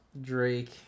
Drake